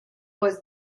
was